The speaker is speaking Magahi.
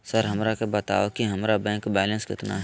सर हमरा के बताओ कि हमारे बैंक बैलेंस कितना है?